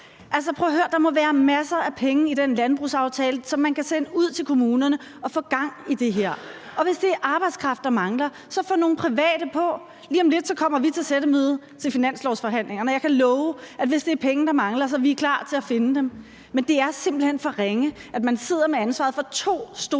der må være masser af penge i den landbrugsaftale, som man kan sende ud til kommunerne for at få gang i det her. Og hvis det er arbejdskraft, der mangler, så få nogle private folk på. Lige om lidt kommer vi til sættemøde i forhold til finanslovsforhandlingerne, og jeg kan love, at hvis det er penge, der mangler, er vi klar til at finde dem. Men det er simpelt hen for ringe, at man sidder med ansvaret for to store